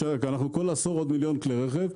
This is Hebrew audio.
בכל עשור נוספים עוד מיליון כלי רכב,